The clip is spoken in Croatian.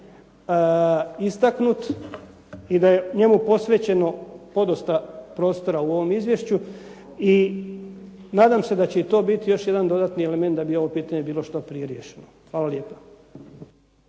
istaknut i da je njemu posvećeno podosta prostora u ovom izvješću. I nadam se da će i to biti jedan dodatni element da bi ovo pitanje bilo što prije riješeno. Hvala lijepa.